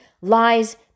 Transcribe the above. lies